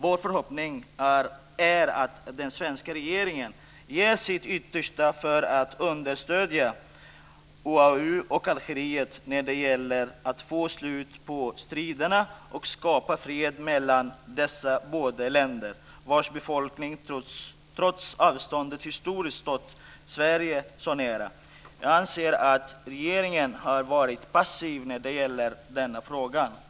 Vår förhoppning är att den svenska regeringen ger sitt yttersta för att understödja OAU och Algeriet när det gäller att få slut på striderna och skapa fred mellan dessa båda länder vars befolkning trots avståndet historiskt stått Sverige så nära. Jag anser att regeringen har varit passiv när det gäller denna fråga.